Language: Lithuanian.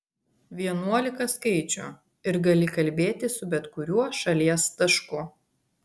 vienuolika skaičių ir gali kalbėti su bet kuriuo šalies tašku